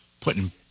putting